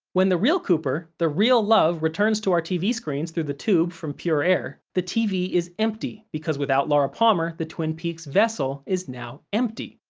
when the real cooper, the real love, returns to our tv screens through the tube from pure air, the tv is empty because without laura palmer the twin peaks vessel is now empty.